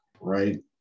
right